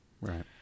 Right